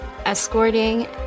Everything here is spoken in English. escorting